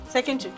Second